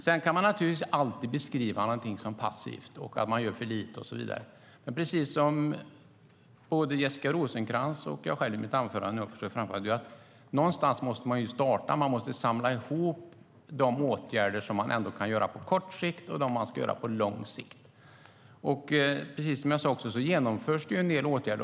Man kan naturligtvis alltid beskriva något som passivt, att det görs för lite och så vidare. Men precis som Jessica Rosencrantz och jag i mitt anförande har sagt måste man börja någonstans, samla ihop de åtgärder som kan vidtas på kort sikt och de som kan vidtas på lång sikt. Det genomförs en del åtgärder.